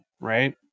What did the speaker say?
right